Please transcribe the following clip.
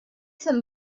some